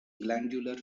glandular